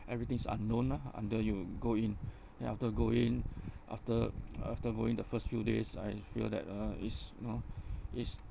everything is unknown lah until you go in then after go in after after go in the first few days I feel that uh is you know is